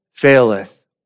Faileth